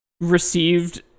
received